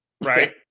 right